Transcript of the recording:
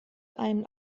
einen